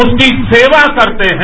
उसकी सेवा करते हैं